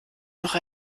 noch